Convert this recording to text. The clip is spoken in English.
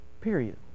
Period